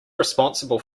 responsible